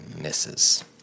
Misses